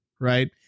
Right